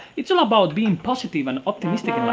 it's all about being positive and optimistic